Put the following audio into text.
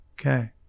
Okay